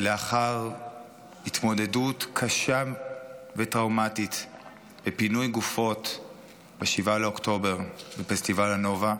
ולאחר התמודדות קשה וטראומטית בפינוי גופות ב-7 באוקטובר בפסטיבל הנובה,